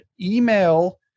Email